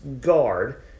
guard